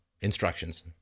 instructions